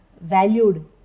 valued